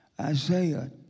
Isaiah